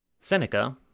Seneca